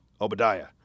Obadiah